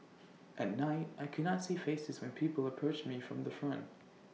at night I could not see faces when people approached me from the front